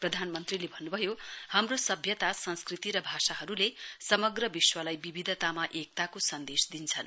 प्रधानमन्त्रीले भन्नुभयो हाम्रो सभ्यता संस्कृति र भाषाहरूले समग्र विश्वलाई विविधतामा एकताको सन्देश दिन्छन्